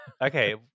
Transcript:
Okay